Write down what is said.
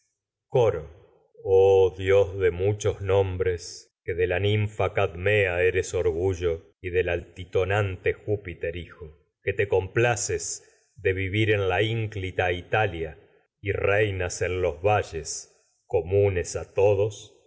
oh dios de muchos nombres que de la ninfa cadmea eres orgullo y del altitonante júpiter hijo que en te complaces de vivir en la ínclita italia jr reinas los valles comunes a todos